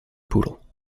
poodle